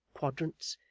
quadrants,